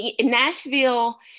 Nashville